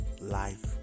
life